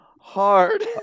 hard